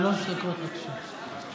שלוש דקות, בבקשה.